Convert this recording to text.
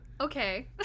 Okay